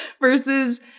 versus